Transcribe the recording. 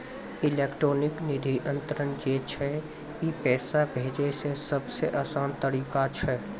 electronic निधि अन्तरन जे छै ई पैसा भेजै के सभ से असान तरिका छै